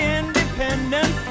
independent